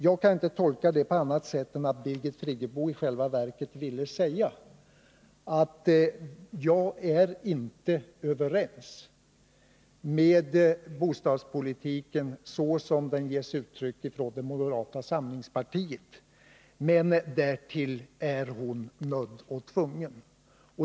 Jag kan inte tolka det på annat sätt än att Birgit Friggebo i själva verket ville säga att ”jag är inte överens beträffande bostadspolitiken såsom den getts uttryck från moderata samlingspartiet”. Men därtill är hon nödd och tvungen.